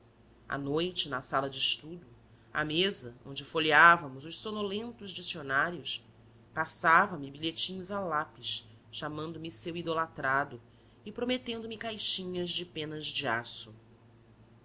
à noite na sala de estudo à mesa onde folheávamos os sonolentos dicionários passava me bilhetinhos a lápis chamando me seu idolatrado e prometendo me caixinhas de penas de aço